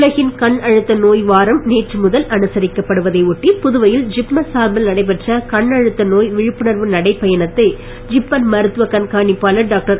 உலகக் கண் அழுத்த நோய் வாரம் நேற்றுமுதல் அனுசரிக்கப் படுவதை ஒட்டி புதுவையில் ஜப்மர் சார்பில் நடைபெற்ற கண்அழுத்த நோய் விழிப்புணர்வு நடைப் பயணத்தை ஜிப்மர் மருத்துவ கண்காணிப்பாளர் டாக்டர்